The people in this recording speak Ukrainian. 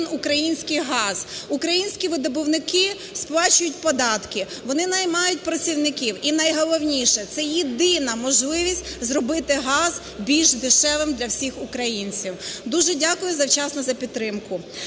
український газ. Українські видобувники сплачують податки, вони наймають працівників, і, найголовніше, це єдина можливість зробити газ більш дешевим для всіх українців. Дуже дякую завчасно за підтримку.